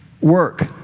Work